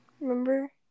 Remember